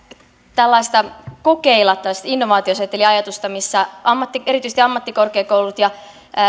tällaista kokeilla tällaista innovaatioseteliajatusta missä erityisesti ammattikorkeakoulut ja